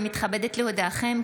אני מתכבדת להודיעכם,